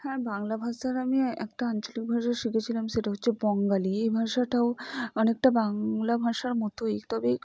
হ্যাঁ বাংলা ভাষার আমি একটা আঞ্চলিক ভাষা শিখেছিলাম সেটা হচ্ছে বঙ্গালী এই ভাষাটাও অনেকটা বাংলা ভাষার মতোই তবে একটু